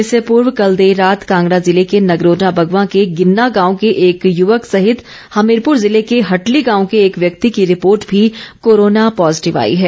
इससे पूर्व कल देर रात कांगड़ा ज़िर्ले के नगरोटा बगवां के गिन्ना गांव के एक युवक सहित हमीरपुर ज़िले के हटली गांव के एक व्यक्ति की रिपोर्ट भी कोरोना पॉज़िटिव आई है